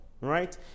right